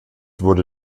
wurde